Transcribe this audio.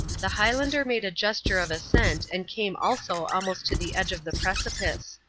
the highlander made a gesture of assent and came also almost to the edge of the precipice.